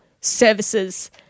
services